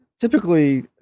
typically